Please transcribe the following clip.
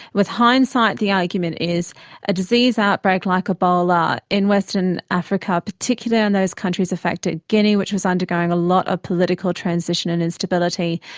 with hindsight the argument is a disease outbreak like ebola in western africa, particularly in those countries affected guinea which was undergoing a lot of political transition and instability,